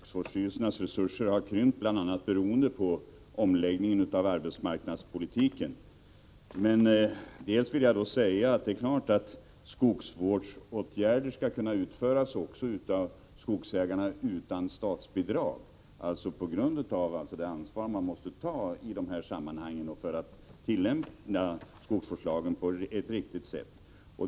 Herr talman! Jag är medveten om att skogsvårdsstyrelsernas resurser har krympt, bl.a. beroende på omläggningen av arbetsmarknadspolitiken. Dels vill jag säga att det är klart att skogsvårdsåtgärder skall kunna utföras också av skogsägarna utan statsbidrag, dvs. på grund av det ansvar de måste ta i detta sammanhang och för att tillämpa skogsvårdslagen på ett riktigt sätt.